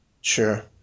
Sure